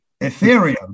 Ethereum